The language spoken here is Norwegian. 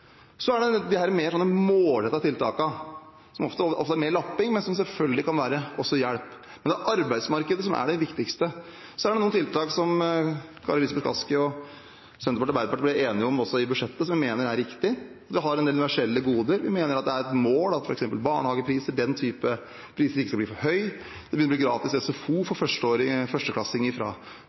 Så er det disse mer målrettede tiltakene, som ofte er mer lapping, men som selvfølgelig også kan være til hjelp, men det er arbeidsmarkedet som er det viktigste. Så er det noen tiltak som Kari Elisabeth Kaski og Senterpartiet og Arbeiderpartiet ble enige om i budsjettet, som vi mener er riktige. Vi har en del universelle goder. Vi mener at det er et mål at f.eks. barnehagepriser, den typen priser, ikke skal bli for høye. Det blir gratis SFO for